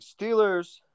Steelers